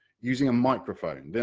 using a microphone, and yeah